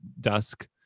dusk